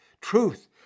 truth